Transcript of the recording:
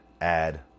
add